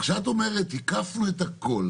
אבל כשאת אומרת: הקפנו את הכול,